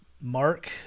Mark